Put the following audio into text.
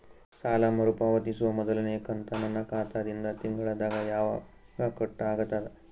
ಸಾಲಾ ಮರು ಪಾವತಿಸುವ ಮೊದಲನೇ ಕಂತ ನನ್ನ ಖಾತಾ ದಿಂದ ತಿಂಗಳದಾಗ ಯವಾಗ ಕಟ್ ಆಗತದ?